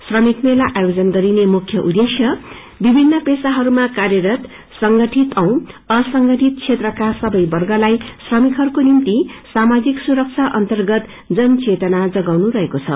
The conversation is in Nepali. रमिक मेला आयोजन गरिने मुख्य उद्देश्य विभिन्न पेशाहरूमा कार्यरत संगठित औ असंगठित क्षेत्रका सवे वर्गलाई श्रमिकहरूको निम्ति सामाजिक सुगुक्षा अन्वगत जनचेतना जगाउनु रहेको छ